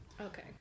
Okay